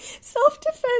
Self-defense